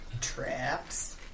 traps